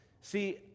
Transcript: See